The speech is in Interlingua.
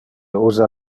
usa